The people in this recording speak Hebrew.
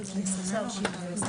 אז זה מסמך אחד שיש לו.